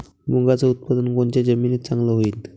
मुंगाचं उत्पादन कोनच्या जमीनीत चांगलं होईन?